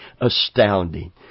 astounding